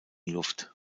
luft